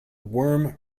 worm